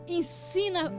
ensina